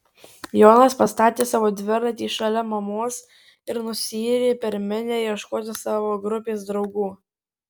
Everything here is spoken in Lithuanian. jonas pastatė savo dviratį šalia mamos ir nusiyrė per minią ieškoti savo grupės draugų